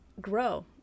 grow